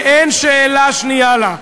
ואין שאלה שנייה לה.